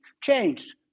changed